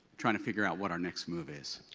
trying to figure out what our next move is.